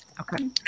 Okay